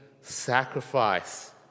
sacrifice